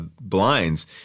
blinds